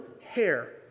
hair